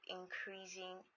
increasing